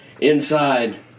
Inside